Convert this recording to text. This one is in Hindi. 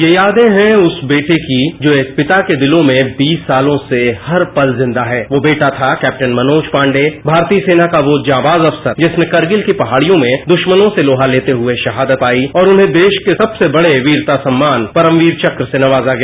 ये यादें है उस बेटे की जो एक पिता के दिलों में बीस सालों से हर पल जिंदा है वो बेटा था कैप्टन मनोज पांडे भारतीय सेना का वो जांबाज अफसर जिसने करगिल की पहाड़ियों में दृश्मनों से लोहा लेते हुए शहादत पाई और उन्हें सबसे बड़े वीरता सम्मान परमवीर चक्र से नवाजा गया